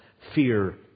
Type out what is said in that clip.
fear